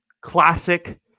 Classic